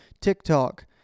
TikTok